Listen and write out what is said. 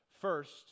First